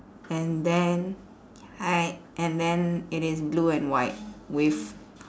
and then an~ and then it is blue and white with